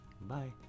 Bye